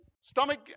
Stomach